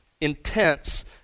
Intense